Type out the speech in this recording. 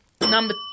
Number